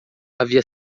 havia